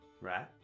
right